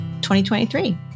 2023